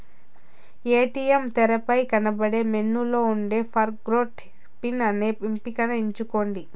ATM తెరమీద కనబడే మెనూలో ఉండే ఫర్గొట్ పిన్ అనే ఎంపికని ఎంచుకోండి